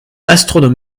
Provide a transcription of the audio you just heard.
astronome